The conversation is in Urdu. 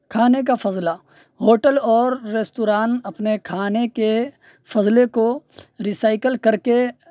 کھانے کا فضلہ ہوٹل اور ریستوران اپنے کھانے کے فضلے کو رسائکل کر کے